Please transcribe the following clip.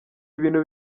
ibintu